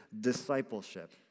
discipleship